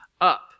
up